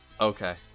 Okay